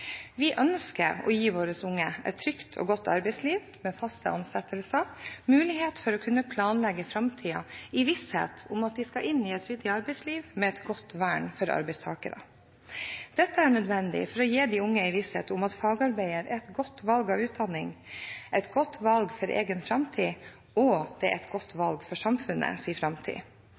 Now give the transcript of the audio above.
Vi ønsker å gi våre unge et trygt og godt arbeidsliv med faste ansettelser og mulighet for å kunne planlegge framtiden i visshet om at de skal inn i et ryddig arbeidsliv med et godt vern for arbeidstakere. Dette er nødvendig for å gi de unge en visshet om at fagarbeiderutdanning er et godt valg, et godt valg for egen framtid og et godt valg for framtiden til samfunnet, for i dag er